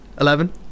Eleven